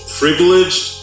privileged